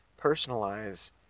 personalize